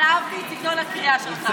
אבל אהבתי את סגנון הקריאה שלך.